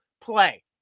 play